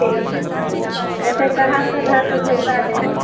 ठीक ऐसे कहब तऽ घर पर भिजबा देब